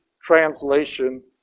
translation